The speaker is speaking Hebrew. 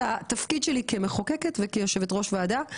התפקיד שלי כמחוקקת וכיושבת ראש ועדה.